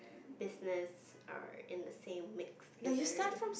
business are in the same mix filler